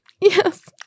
Yes